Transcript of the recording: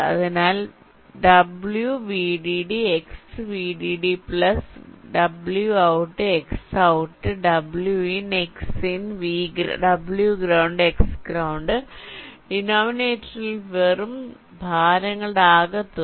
അതിനാൽ w vdd x vdd plus w out x out w in x in w ground x ground ഡിനോമിനേറ്ററിൽ വെറും ഭാരങ്ങളുടെ ആകെത്തുക